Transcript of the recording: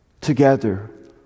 Together